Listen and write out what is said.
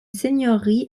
seigneurie